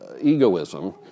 egoism